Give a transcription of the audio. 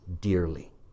dearly